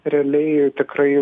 realiai tikrai